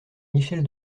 michèle